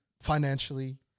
financially